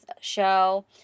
show